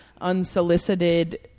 unsolicited